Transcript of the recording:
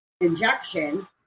injection